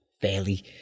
fairly